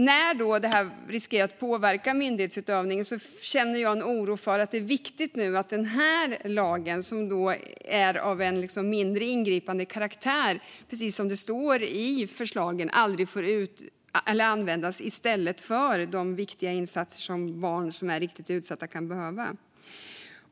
När det finns risk för att detta påverkar myndighetsutövningen är det viktigt att denna lag - som är av mindre ingripande karaktär, precis som det står i förslagen - aldrig får användas i stället för de viktiga insatser som barn som är riktigt utsatta kan behöva.